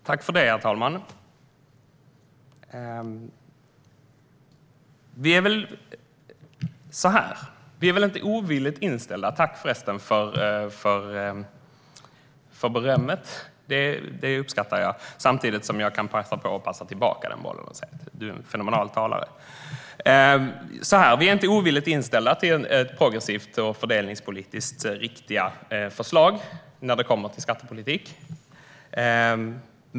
Herr talman! Jag tackar för berömmet. Det uppskattar jag. Jag kan samtidigt passa tillbaka den bollen och säga att du är en fenomenal talare, Daniel Sestrajcic. Vi är inte ovilligt inställda till progressiva och fördelningspolitiskt riktiga förslag när det kommer till skattepolitik.